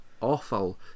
awful